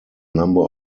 number